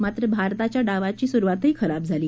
मात्र भारताच्या डावाची सुरुवातही खराब झाली